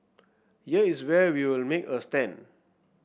here is where we'll make a stand